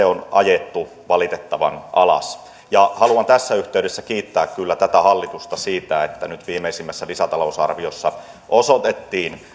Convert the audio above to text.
on ajettu valitettavan alas haluan tässä yhteydessä kiittää kyllä tätä hallitusta siitä että nyt viimeisimmässä lisätalousarviossa osoitettiin